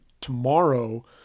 tomorrow